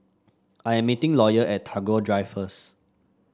I am meeting Lawyer at Tagore Drive first